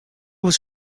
was